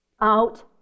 out